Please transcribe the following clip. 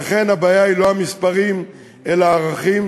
לכן הבעיה היא לא המספרים, אלא הערכים.